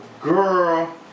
girl